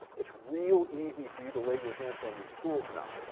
it's real easy for you to lay your hands on these tools now.